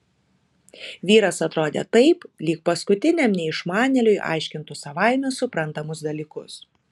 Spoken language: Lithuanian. vyras atrodė taip lyg paskutiniam neišmanėliui aiškintų savaime suprantamus dalykus